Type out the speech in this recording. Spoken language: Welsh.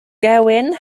gewyn